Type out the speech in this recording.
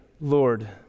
Lord